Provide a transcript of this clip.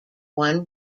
one